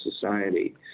society